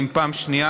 ואם פעם שנייה,